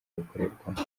gukorerwamo